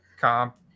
comp